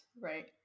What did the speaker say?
right